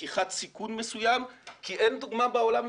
לקיחת סיכון מסוים כי אין דוגמה בעולם.